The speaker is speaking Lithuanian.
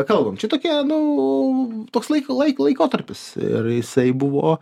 kalbam čia tokia nu toks laik laik laikotarpis ir jisai buvo